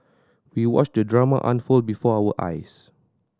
we watched the drama unfold before our eyes